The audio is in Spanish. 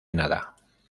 nada